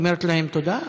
אומרת להם תודה?